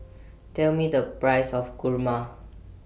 Tell Me The Price of Kurma